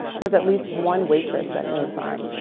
there's at least one waitress that no sign